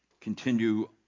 continue